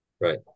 Right